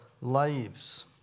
lives